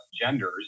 genders